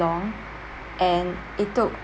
long and it took